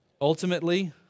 Ultimately